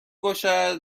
باشد